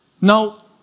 Now